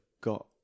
got